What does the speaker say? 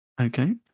Okay